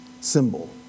symbol